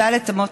ד' אמות.